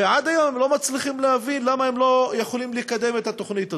ועד היום לא מצליחים להבין למה הם לא יכולים לקדם את התוכנית הזאת.